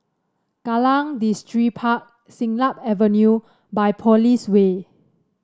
Kallang Distripark Siglap Avenue Biopolis Way